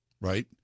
right